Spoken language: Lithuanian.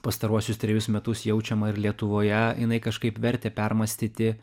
pastaruosius trejus metus jaučiama ir lietuvoje jinai kažkaip vertė permąstyti